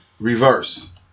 reverse